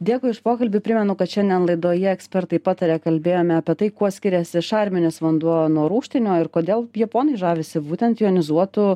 dėkui už pokalbį primenu kad šiandien laidoje ekspertai pataria kalbėjome apie tai kuo skiriasi šarminis vanduo nuo rūgštinio ir kodėl japonai žavisi būtent jonizuotu